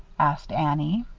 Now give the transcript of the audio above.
asked annie.